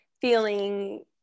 feeling